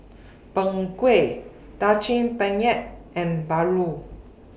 Png Kueh Daging Penyet and Paru